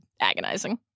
Agonizing